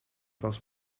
pas